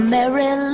Mary